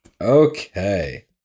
Okay